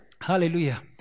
hallelujah